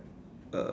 uh